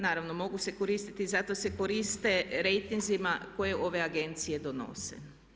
Naravno mogu se koristiti zato jer se koriste rejtinzima koje ove agencije donose.